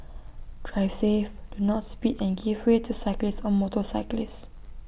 drive safe do not speed and give way to cyclists or motorcyclists